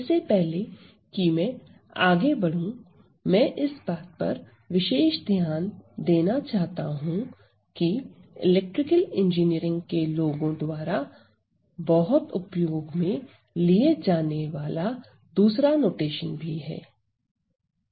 इससे पहले कि मैं आगे बढूं मैं इस बात पर विशेष ध्यान देना चाहता हूं की इलेक्ट्रिकल इंजीनियरिंग के लोगों द्वारा बहुत उपयोग में लिए जाने वाला दूसरा नोटेशन भी है